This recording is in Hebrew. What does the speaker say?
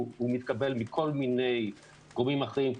הוא מתקבל מכל מיני גורמים אחרים,